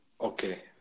Okay